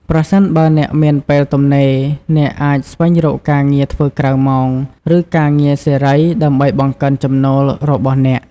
ប្រសិនបើអ្នកមានពេលទំនេរ អ្នកអាចស្វែងរកការងារធ្វើក្រៅម៉ោង ឬការងារសេរី ដើម្បីបង្កើនចំណូលរបស់អ្នក។